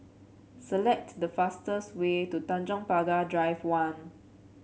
select the fastest way to Tanjong Pagar Drive One